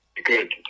Good